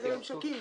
איזה ממשקים,